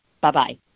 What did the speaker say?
Bye-bye